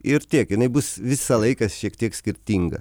ir tiek jinai bus visą laiką šiek tiek skirtinga